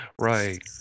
Right